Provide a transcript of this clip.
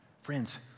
Friends